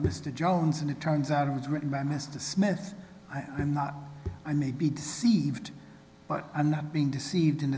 mr jones and it turns out it was written by mr smith i am not i may be deceived but i'm not being deceived in